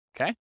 Okay